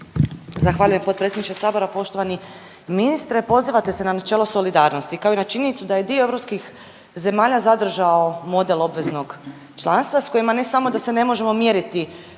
Zahvaljujem potpredsjedniče sabora. Poštovani ministre, pozivate se na načelo solidarnosti, kao i na činjenicu da je dio europskih zemalja zadržao model obveznog članstva s kojima ne samo da se ne možemo mjeriti